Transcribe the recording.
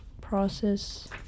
process